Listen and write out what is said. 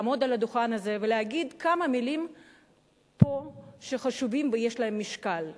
לעמוד על הדוכן הזה ולהגיד כמה מלים חשובות שיש להן משקל פה.